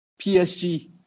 PSG